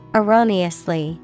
erroneously